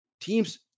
Teams